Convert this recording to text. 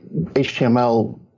HTML